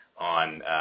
on